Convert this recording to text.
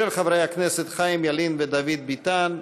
של חברי הכנסת חיים ילין ודוד ביטן.